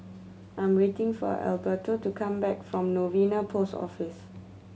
I'm waiting for Alberto to come back from Novena Post Office